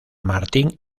martín